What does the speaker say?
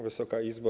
Wysoka Izbo!